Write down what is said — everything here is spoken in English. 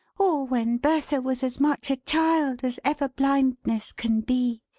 or when bertha was as much a child as ever blindness can be!